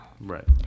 Right